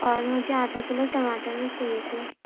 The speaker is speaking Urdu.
اور مجھے آدھا کلو ٹماٹر بھی چاہیے تھے